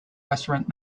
restaurant